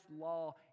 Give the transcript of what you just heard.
law